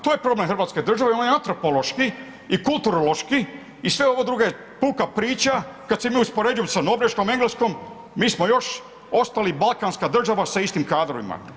To je problem Hrvatske države, on je antropološki i kulturološki i sve ovo druge puka priča, kada se mi uspoređuju sa Norveškom, Engleskom, mi smo još ostali balkanska država sa istim kadrovima.